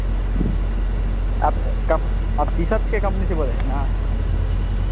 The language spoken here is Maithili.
आब कम आब टीशर्टके कम्पनीसे बोल रहे हैं नऽ